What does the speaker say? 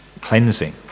cleansing